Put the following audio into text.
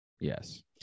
Yes